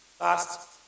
Last